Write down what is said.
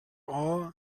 all